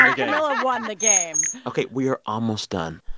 um camila won the game ok, we are almost done.